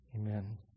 Amen